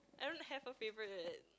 I don't have a favorite